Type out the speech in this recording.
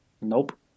Nope